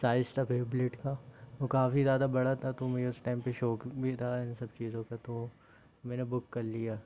size था वेब्लेट का वो काफ़ी ज़्यादा बड़ा था तो मुझे उस टाइम पर शौक भी था इन सब चीज़ों का तो मैंने बुक कर लिया